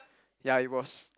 ya it was